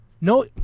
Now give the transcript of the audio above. No